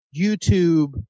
YouTube